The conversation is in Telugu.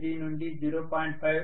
3 నుండి 0